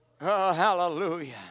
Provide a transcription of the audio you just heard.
Hallelujah